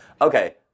okay